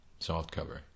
softcover